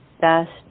best